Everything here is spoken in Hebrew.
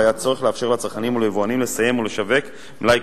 והיה צורך לאפשר לצרכנים וליבואנים לסיים לשווק מלאי